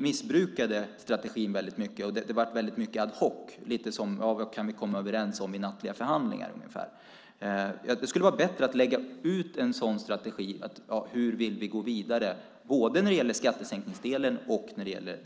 missbrukade den strategin väldigt mycket. Det blev väldigt mycket ad hoc, lite av vad som gick att komma överens om i nattliga förhandlingar. Det skulle vara bättre att lägga fram och gå vidare med en sådan strategi för både skattesänkningar och skattehöjningar.